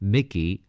Mickey